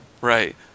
right